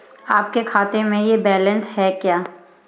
आपके खाते में यह बैलेंस है क्या?